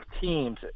teams –